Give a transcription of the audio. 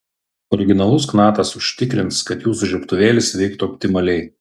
originalus knatas užtikrins kad jūsų žiebtuvėlis veiktų optimaliai